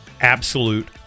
Absolute